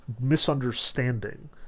misunderstanding